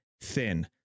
thin